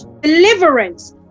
deliverance